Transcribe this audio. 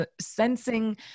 sensing